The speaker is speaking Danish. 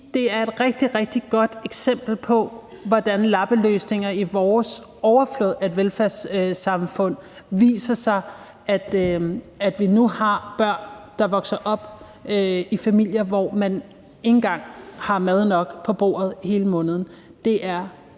rigtig godt eksempel på, hvordan lappeløsninger i vores overflod af et velfærdssamfund viser sig i, at vi nu har børn, der vokser op i familier, hvor man ikke engang har mad nok på bordet hele måneden.